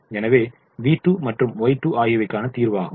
எனவே v2 மற்றும் Y2 ஆகிவைக்கான தீர்வாகும்